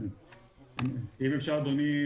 אם אפשר אדוני,